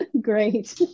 Great